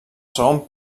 segon